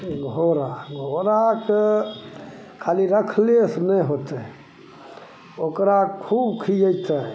घोड़ा घोड़ा तऽ खाली राखले से नहि होतै ओकरा खूब खिएतै